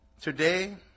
today